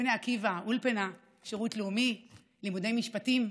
בני עקיבא, אולפנה, שירות לאומי, לימודי משפטים.